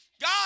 God